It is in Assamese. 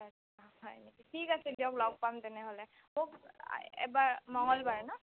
হয় অ হয় ঠিক আছে দিয়ক লগ পাম তেনেহ'লে মোক এবাৰ মঙলবাৰে ন'